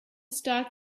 start